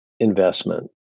investment